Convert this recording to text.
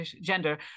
gender